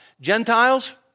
Gentiles